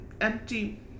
empty